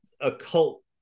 occult